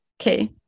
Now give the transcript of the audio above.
okay